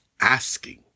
asking